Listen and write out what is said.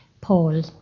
Paul